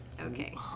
Okay